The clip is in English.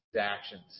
actions